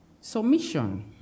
submission